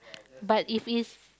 but if it's